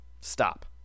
Stop